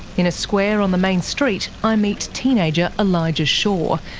in a square on the main street i meet teenager elijah shaw,